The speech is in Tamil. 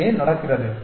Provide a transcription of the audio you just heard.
இது ஏன் நடக்கிறது